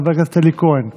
חבר הכנסת אלי כהן,